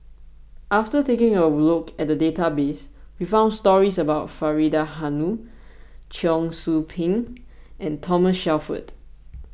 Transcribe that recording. after taking a look at the database we found stories about Faridah Hanum Cheong Soo Pieng and Thomas Shelford